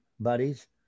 buddies